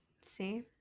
See